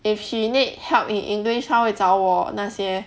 if she need help in english 她会找我那些